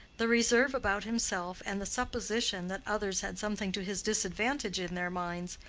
the reserve about himself and the supposition that others had something to his disadvantage in their minds,